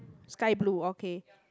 sky blue okay